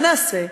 מה נעשה?